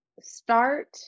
Start